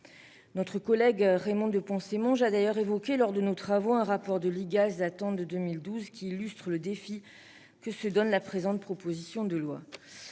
Notre collègue Raymonde Poncet Monge a d'ailleurs évoqué, lors de nos travaux, un rapport de l'Igas de 2012 qui illustre le défi que se donne la présente proposition de loi.